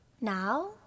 Now